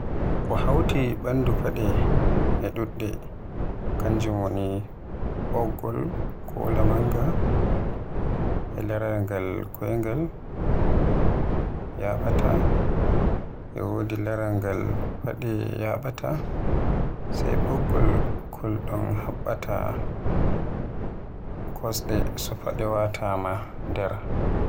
Ko hawti bandu fade e dudde, kanjum woni boggol kola manga, e laaral ngal koyngal yabaata e wodi laraal ngal fade yabaata sai boggol kol dun habbata kosde so fade waatama nder.